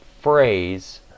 phrase